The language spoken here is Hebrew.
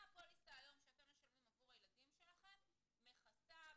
מה הפוליסה שאתם משלמים עבור הילדים שלכם מכסה היום,